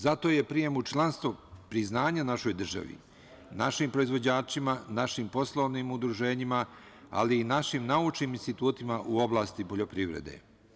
Zato je prijem u članstvo priznanje našoj državi, našim proizvođačima, našim poslovnim udruženjima, ali i našim naučnim institutima u oblasti poljoprivrede.